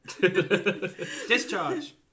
Discharge